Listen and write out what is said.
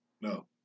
no